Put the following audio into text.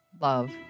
Love